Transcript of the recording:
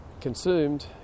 consumed